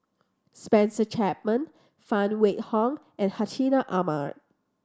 Spencer Chapman Phan Wait Hong and Hartinah Ahmad